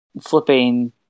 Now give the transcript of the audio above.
flipping